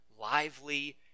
lively